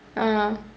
(uh huh)